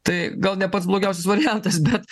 tai gal ne pats blogiausias variantas bet